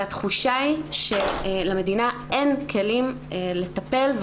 התחושה היא שלמדינה אין כלים לטפל,